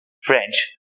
French